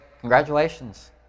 Congratulations